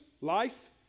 life